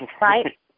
right